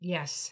Yes